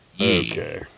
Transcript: Okay